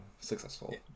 successful